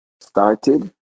started